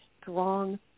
strong